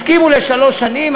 הסכימו לשלוש שנים,